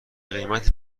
قیمت